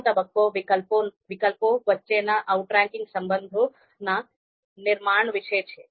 પ્રથમ તબક્કો વિકલ્પો વચ્ચેના આઉટરેન્કિંગ સંબંધોના નિર્માણ વિશે છે